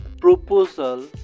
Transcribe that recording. proposal